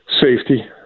safety